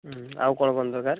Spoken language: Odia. ହଁ ଆଉ କ'ଣ କ'ଣ ଦରକାର